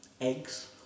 eggs